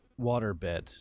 waterbed